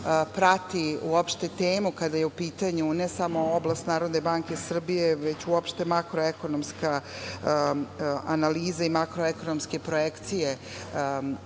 prati, uopšte temu kada je u pitanju ne samo oblast Narodne banke Srbije, već uopšte makroekonomska analiza i makroekonomske projekcije